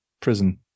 prison